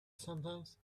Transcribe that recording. sometimes